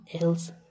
else